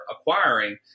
acquiring